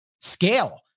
scale